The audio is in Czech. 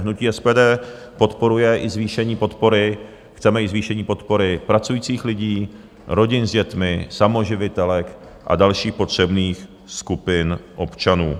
Hnutí SPD podporuje i zvýšení podpory, chceme i zvýšení podpory pracujících lidí, rodin s dětmi, samoživitelek a dalších potřebných skupin občanů.